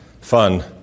fun